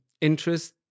interest